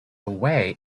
away